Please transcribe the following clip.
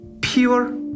pure